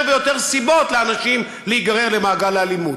ויותר סיבות לאנשים להיגרר למעגל האלימות,